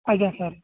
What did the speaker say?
ଆଜ୍ଞା ସାର୍